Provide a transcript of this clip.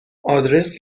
آدرس